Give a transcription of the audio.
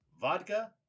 vodka